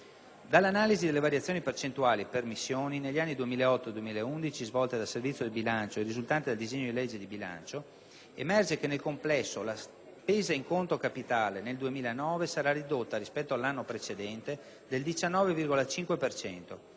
Dall'analisi delle variazioni percentuali per missioni negli anni 2008-2011, svolta dal Servizio del bilancio e risultante dal disegno di legge di bilancio, emerge che nel complesso la spesa in conto capitale nel 2009 sarà ridotta, rispetto all'anno precedente, del 19,5